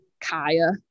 Kaya